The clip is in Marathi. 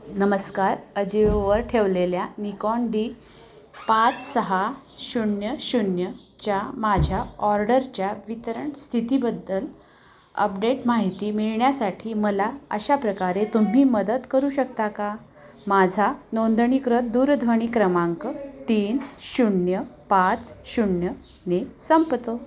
नमस्कार अजीओवर ठेवलेल्या निकॉन डी पाच सहा शून्य शून्यच्या माझ्या ऑर्डरच्या वितरण स्थितीबद्दल अपडेट माहिती मिळण्यासाठी मला अशा प्रकारे तुम्ही मदत करू शकता का माझा नोंदणीकृत दूरध्वनी क्रमांक तीन शून्य पाच शून्यने संपतो